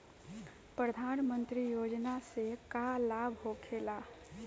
प्रधानमंत्री योजना से का लाभ होखेला?